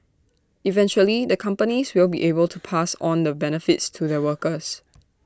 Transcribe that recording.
eventually the companies will be able to pass on the benefits to their workers